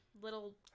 Little